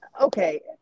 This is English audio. Okay